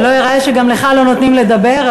שלא ייראה שגם לך לא נותנים לדבר,